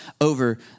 over